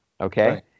okay